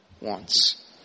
wants